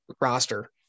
roster